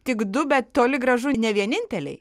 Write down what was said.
tik du bet toli gražu ne vieninteliai